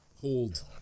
hold